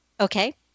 Okay